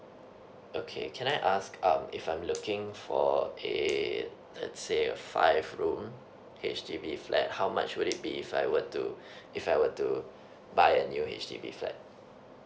okay can I ask um if I'm looking for a let's say a five room H_D_B flat how much would it be if I were to if I were to buy a new H_D_B flat